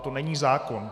To není zákon.